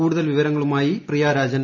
കൂടുതൽ വിവരങ്ങളുമായി പ്രിയ രാജൻ